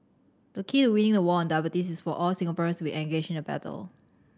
the key to winning the war on diabetes is for all Singaporeans will engaged in the battle